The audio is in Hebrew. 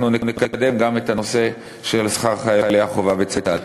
אנחנו נקיים גם את הנושא של שכר חיילי החובה בצבא.